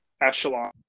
echelon